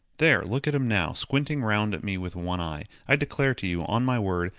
there! look at him now, squinting round at me with one eye! i declare to you, on my word,